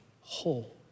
whole